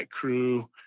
crew